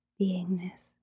beingness